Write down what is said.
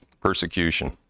persecution